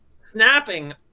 snapping